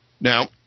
Now